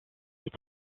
est